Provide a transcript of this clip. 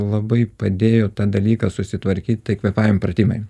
labai padėjo tą dalyką susitvarkyt tai kvėpavimo pratimai